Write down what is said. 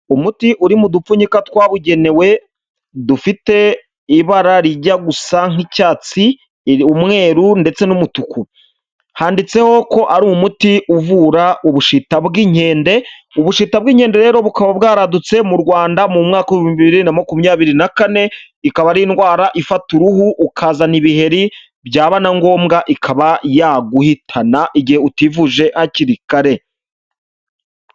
Umuti uri mu dupfunyika twabugenewe dufite ibara rijya gusa nk'icyatsi iri umweru ndetse n'umutuku handitseho ko ari umuti uvura ubushita bw'inkende ubushita bw'ingendo rero bukaba bwaradutse mu rwanda mu mwaka bibiri na makumyabiri na kane ikaba ari indwara ifata uruhu ukazana ibiheri byaba na ngombwa ikaba yaguhitana igihe utivuje hakiri kare.